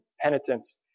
penitence